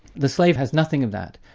the slave has nothing of that,